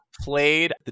played